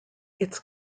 its